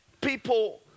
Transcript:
People